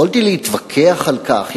יכולתי להתווכח על כך,